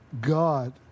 God